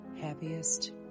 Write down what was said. happiest